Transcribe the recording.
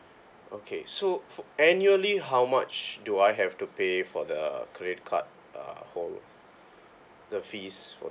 okay so annually how much do I have to pay for the credit card uh for the fees for